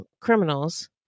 criminals